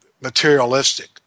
materialistic